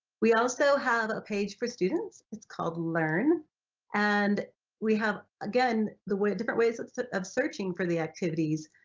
we also have a page for students it's called learn and we have again the way different ways sort of searching for the activities,